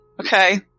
Okay